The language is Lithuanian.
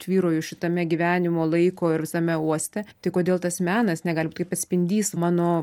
tvyroju šitame gyvenimo laiko ir visame uoste tai kodėl tas menas negali būti kaip atspindys mano